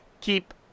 keep